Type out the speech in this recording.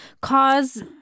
cause